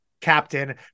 captain